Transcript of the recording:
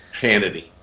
Hannity